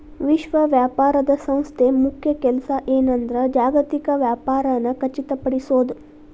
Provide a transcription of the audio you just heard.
ವಿಶ್ವ ವ್ಯಾಪಾರ ಸಂಸ್ಥೆ ಮುಖ್ಯ ಕೆಲ್ಸ ಏನಂದ್ರ ಜಾಗತಿಕ ವ್ಯಾಪಾರನ ಖಚಿತಪಡಿಸೋದ್